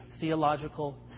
theological